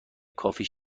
کافی